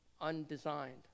undesigned